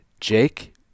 Jake